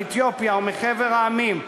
מאתיופיה או מחבר המדינות,